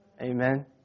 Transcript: Amen